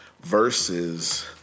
verses